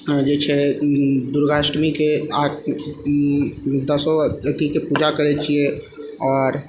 जे छै दुर्गाष्टमीके दसो अथीके पूजा करै छियै आओर